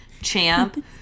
champ